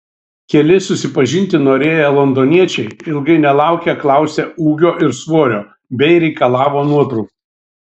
keli susipažinti norėję londoniečiai ilgai nelaukę klausė ūgio ir svorio bei reikalavo nuotraukų